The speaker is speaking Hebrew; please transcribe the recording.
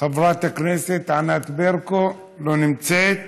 חברת הכנסת ענת ברקו לא נמצאת.